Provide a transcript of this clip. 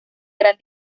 gran